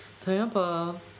Tampa